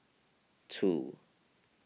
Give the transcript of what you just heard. two